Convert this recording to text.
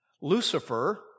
Lucifer